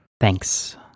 thanks